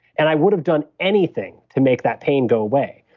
and i would have done anything to make that pain go away.